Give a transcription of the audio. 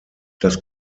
das